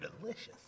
delicious